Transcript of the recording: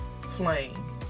flame